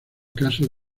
casos